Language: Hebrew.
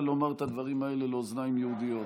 לומר את הדברים האלה לאוזניים יהודיות.